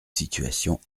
situation